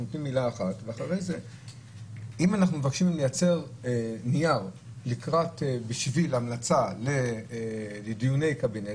אם אנחנו מבקשים מהם לייצר נייר בשביל המלצה לדיוני קבינט,